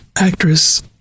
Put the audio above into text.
actress